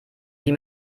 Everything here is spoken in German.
sie